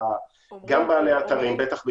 גם בעלי אתרים בטח בעברית,